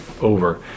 over